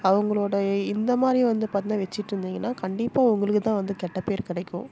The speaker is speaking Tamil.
அவங்களோட இந்த மாதிரி வந்து பாத்திங்கனா வச்சுட்டு இருந்திங்கனா கண்டிப்பாக உங்களுக்கு தான் வந்து கெட்டப்பேர் கிடைக்கும்